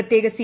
പ്രത്യേക സി